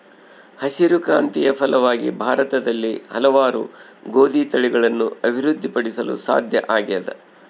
ಹಸಿರು ಕ್ರಾಂತಿಯ ಫಲವಾಗಿ ಭಾರತದಲ್ಲಿ ಹಲವಾರು ಗೋದಿ ತಳಿಗಳನ್ನು ಅಭಿವೃದ್ಧಿ ಪಡಿಸಲು ಸಾಧ್ಯ ಆಗ್ಯದ